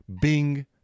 Bing